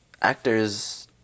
actors